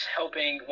helping